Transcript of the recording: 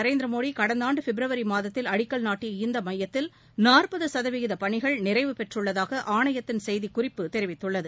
நரேந்திரமோடிகடந்தஆண்டுபிப்ரவரிமாதத்தில் அடிக்கல் நாட்டிய இந்தமையத்தில் நாற்பதுசதவிகிதபணிகள் நிறைவு பெற்றுள்ளதாகஆணையத்தின் செய்திக்குறிப்பு தெரிவிததுள்ளது